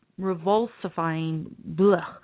revulsifying